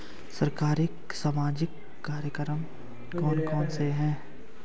सरकारी सामाजिक कार्यक्रम कौन कौन से हैं?